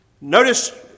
Notice